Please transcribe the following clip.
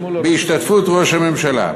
בהשתתפות ראש הממשלה.